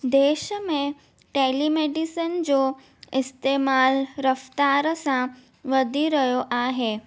देश में टेलीमेडिसन जो इस्तेमालु रफ़्तारु सां वधी रहियो आहे